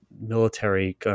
military